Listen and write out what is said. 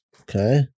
Okay